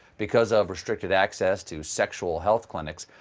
because of restricted access to sexual health clinics,